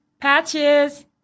Patches